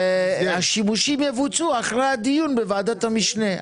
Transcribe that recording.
והשימושים יבוצעו אחרי הדיון בוועדת המשנה.